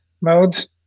mode